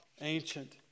ancient